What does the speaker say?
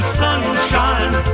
sunshine